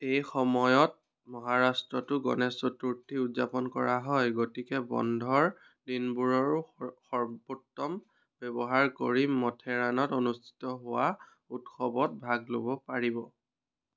এই সময়ত মহাৰাষ্ট্ৰতো গণেশ চতুৰ্থী উদযাপন কৰা হয় গতিকে বন্ধৰ দিনবোৰৰো সৰ্বোত্তম ব্যৱহাৰ কৰি মথেৰাণত অনুষ্ঠিত হোৱা উৎসৱত ভাগ ল'ব পাৰিব